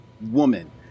woman